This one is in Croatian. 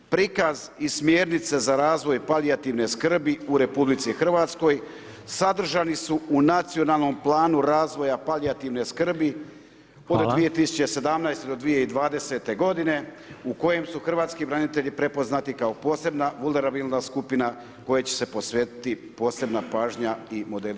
Prikaz i smjernice za razvoj palijativne skrbi u RH sadržani su u nacionalnom planu razvoja palijativne skrbi od 2017. do 2020. godine u kojem su hrvatski branitelji prepoznati kao posebna vulnerabilna skupina kojoj će se posvetiti posebna pažnja i modeli skrbi.